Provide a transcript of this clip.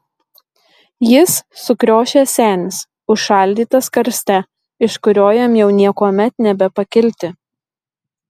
jis sukriošęs senis užšaldytas karste iš kurio jam jau niekuomet nebepakilti